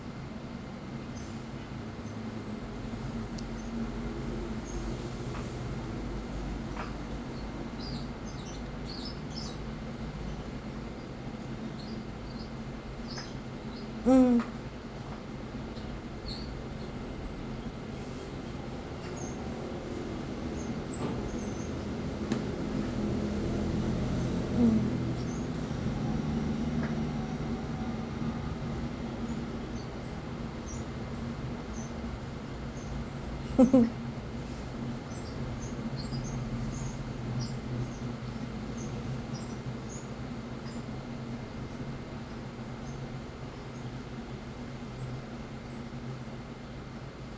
mm